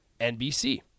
NBC